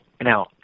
Now